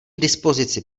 dispozici